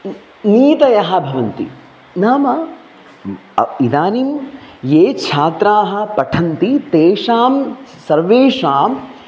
नीतयः भवन्ति नाम इदानीं ये छात्राः पठन्ति तेषां सर्वेषाम्